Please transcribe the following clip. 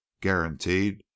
guaranteed